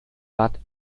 wartet